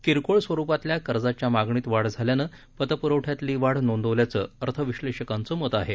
किरकोळ स्वरूपातल्या कर्जाच्या मागणीत वाढ झाल्यानं पतप्रवठ्यातली वाढ नोंदवल्याचं अर्थविश्लेषकांचं मत आहे